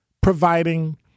providing